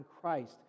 Christ